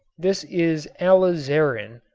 this is alizarin,